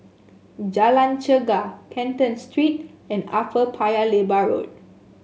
Jalan Chegar Canton Street and Upper Paya Lebar Road